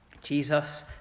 Jesus